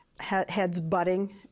heads-butting